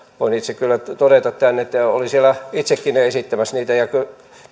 itse kyllä todeta tämän kun olin siellä itsekin niitä esittämässä